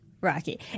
Rocky